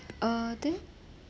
uh then